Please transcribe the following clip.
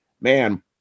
man